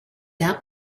out